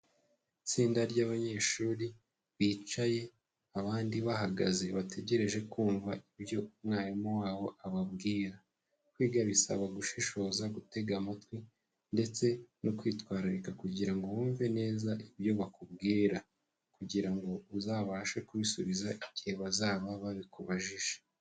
Itsinda ry'abanyeshuri bicaye abandi bahagaze bategereje kumva ibyo umwarimu wabo ababwira, kwiga bisaba gushishoza, gutega amatwi ndetse no kwitwararika kugira ngo wumve neza ibyo bakubwira kugirango uzabashe kubisubiza igihe bazaba babikubajije.